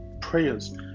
prayers